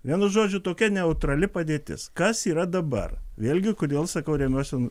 vienu žodžiu tokia neutrali padėtis kas yra dabar vėlgi kodėl sakau remiuosi